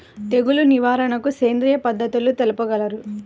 తెగులు నివారణకు సేంద్రియ పద్ధతులు తెలుపగలరు?